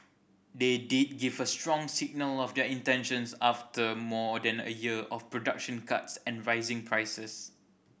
they did give a strong signal of their intentions after more than a year of production cuts and rising prices